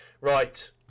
Right